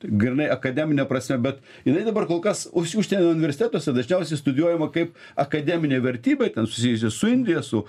grynai akademine prasme bet jinai dabar kol kas už užsienio universitetuose dažniausiai studijuojama kaip akademinė vertybė ten susijusi su indija su